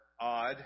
odd